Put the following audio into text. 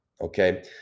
okay